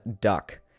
Duck